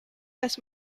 las